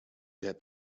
der